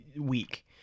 week